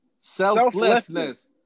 Selflessness